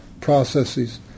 processes